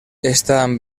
están